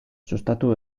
sustatu